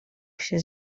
się